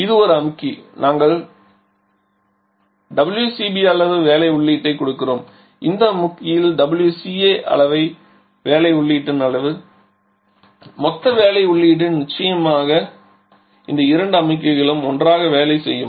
இது ஒரு அமுக்கி அங்கு நாங்கள் WCB அளவு வேலை உள்ளீட்டைக் கொடுக்கிறோம் இந்த அமுக்கியில் WCA ஐக் வேலை உள்ளீட்டின் அளவு எனவே மொத்த வேலை உள்ளீடு நிச்சயமாக இந்த இரண்டு அமுக்கிகளும் ஒன்றாக வேலை செய்யும்